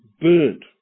burnt